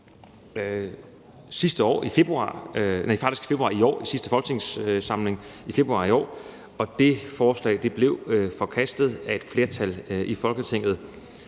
lignende beslutningsforslag i februar i år i sidste folketingssamling, og det forslag blev forkastet af et flertal i Folketinget.